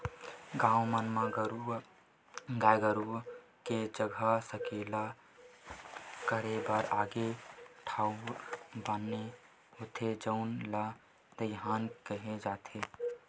गाँव मन के गाय गरू ल एक जघा सकेला करे बर अलगे ठउर बने होथे जउन ल दईहान केहे जाथे